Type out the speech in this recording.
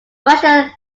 russian